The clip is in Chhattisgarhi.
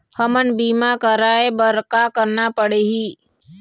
हमन बीमा कराये बर का करना पड़ही?